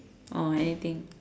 oh anything